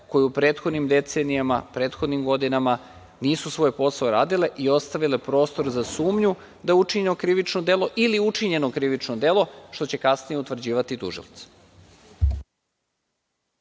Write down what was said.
koje u prethodnim decenijama, prethodnim godinama nisu svoj posao radile i ostavile prostor za sumnju da je učinjeno krivično delo, ili učinjeno krivično delo, što će kasnije utvrđivati tužilac.